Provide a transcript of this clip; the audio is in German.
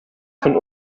von